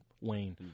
Wayne